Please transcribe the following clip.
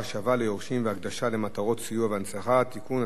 (השבה ליורשים והקדשה למטרות סיוע והנצחה) (תיקון),